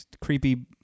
creepy